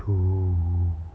to